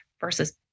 versus